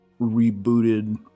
rebooted